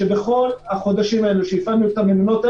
בכל החודשים האלה שהפעלנו את המלונות,